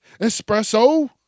Espresso